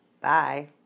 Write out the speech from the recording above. Bye